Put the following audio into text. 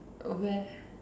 uh where